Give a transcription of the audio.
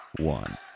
one